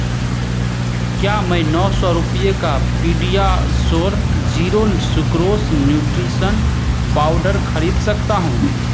क्या मैं नौ सौ रुपये का PediaSure zero sucrose nutrition powder खरीद सकता हूँ